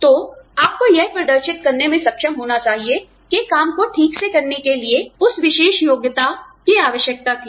तो आपको यह प्रदर्शित करने में सक्षम होना चाहिए कि काम को ठीक से करने के लिए उस विशेष योग्यता की आवश्यकता थी